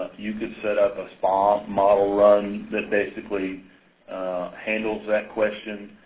you could set up a spa um model run that basically handles that question.